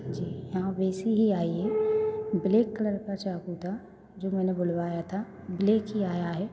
जी यहाँ वैसी ही आई है ब्लेक कलर का चाकू था जो मैंने बुलवाया था ब्लेक ही आया है